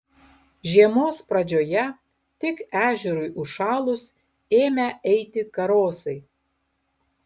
žiemos pradžioje tik ežerui užšalus ėmę eiti karosai